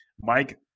Mike